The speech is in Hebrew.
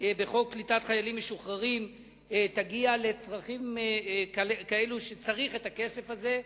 בחוק קליטת חיילים משוחררים תגיע לצרכים כאלה שצריך את הכסף הזה,